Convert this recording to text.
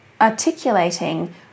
articulating